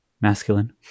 masculine